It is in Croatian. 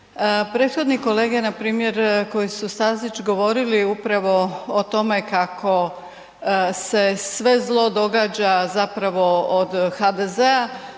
prethodni kolege npr. koji su, Stazić, govorili upravo o tome kako se sve zlo događa zapravo od HDZ-a